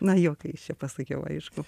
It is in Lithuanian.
na juokais čia pasakiau aišku